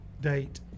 Date